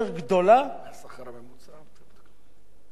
למה 8,200?